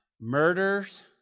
murders